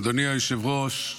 אדוני היושב-ראש,